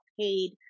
paid